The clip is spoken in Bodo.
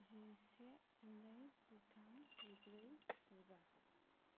जिसे जिनै जिथाम जिब्रै जिबा